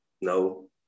No